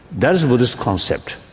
that is the buddhist concept.